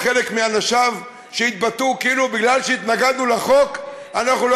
חלק מאנשיו התבטאו כאילו בגלל שהתנגדנו לחוק אנחנו לא